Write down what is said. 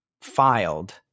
filed